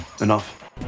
Enough